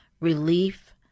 relief